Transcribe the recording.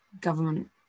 government